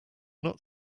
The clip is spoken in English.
not